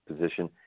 position